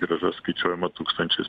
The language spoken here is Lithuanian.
grąža skaičiuojama tūkstančiais